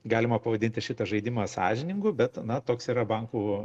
galima pavadinti šitą žaidimą sąžiningu bet na toks yra bankų